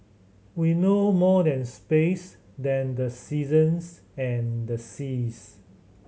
we know more than space than the seasons and the seas